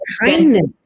Kindness